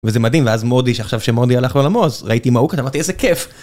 וזה מדהים ואז מודי שעכשיו שמודי הלך לעולמו אז ראיתי מה הוא כתב, אמרתי איזה כיף.